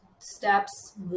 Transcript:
steps